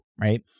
right